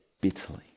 bitterly